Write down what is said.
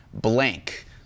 blank